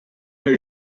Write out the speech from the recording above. her